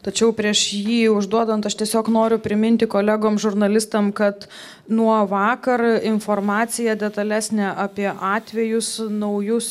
tačiau prieš jį užduodant aš tiesiog noriu priminti kolegom žurnalistam kad nuo vakar informacija detalesnė apie atvejus naujus